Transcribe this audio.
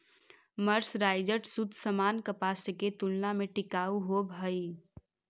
mercerised सूत सामान्य कपास के तुलना में टिकाऊ होवऽ हई